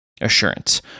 assurance